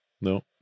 No